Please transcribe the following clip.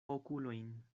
okulojn